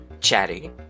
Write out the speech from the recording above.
Chatty